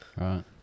right